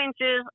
inches